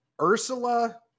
Ursula